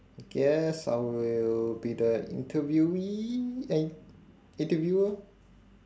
I guess I will be the interviewee eh interviewer